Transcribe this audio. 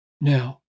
Now